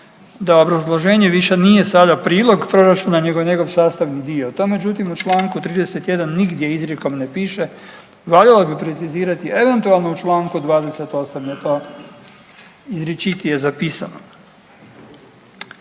da obrazloženje više nije sada prilog proračuna nego je njegov sastavni dio, to međutim u čl. 31. nigdje izrijekom ne piše. Valjalo bi precizirati eventualno u čl. 28. je to izričitije zapisano.